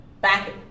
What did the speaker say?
back